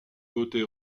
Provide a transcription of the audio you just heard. beauté